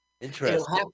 interesting